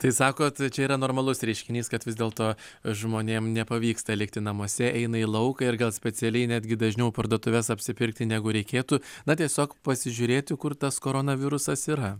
tai sakot čia yra normalus reiškinys kad vis dėlto žmonėm nepavyksta likti namuose eina į lauką ir gal specialiai netgi dažniau parduotuves apsipirkti negu reikėtų na tiesiog pasižiūrėti kur tas koronavirusas yra